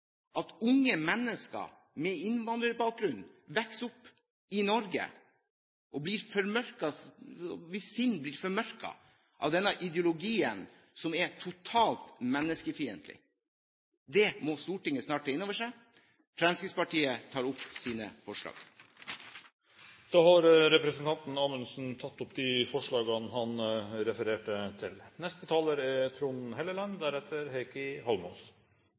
til unge mennesker med innvandrerbakgrunn som vokser opp i Norge, blir formørket av denne ideologien som er totalt menneskefiendtlig. Det må Stortinget snart ta inn over seg. Fremskrittspartiet tar opp sine forslag. Representanten Per-Willy Amundsen har tatt opp de forslagene han refererte til.